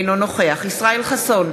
אינו נוכח ישראל חסון,